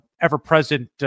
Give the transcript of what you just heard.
ever-present